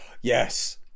yes